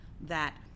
that-